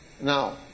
Now